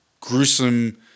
gruesome